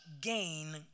gain